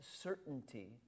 certainty